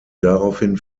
daraufhin